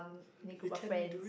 main group of friend